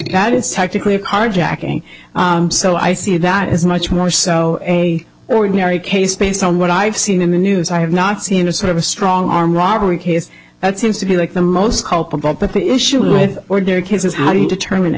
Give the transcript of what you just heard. that is technically a carjacking so i see that is much more so a ordinary case based on what i've seen in the news i have not seen a sort of a strong arm robbery case that seems to me like the most culpable but the issue with ordinary cases how do you determine it